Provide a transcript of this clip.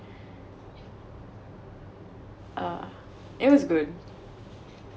uh it was good